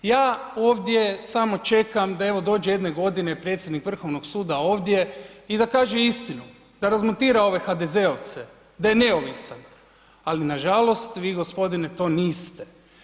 Ja ovdje samo čekam da evo dođe jedne godine predsjednik Vrhovnog suda ovdje i da kaže istinu, da razmontira ove HDZ-ovce, da je neovisan, ali nažalost, vi g. to niste.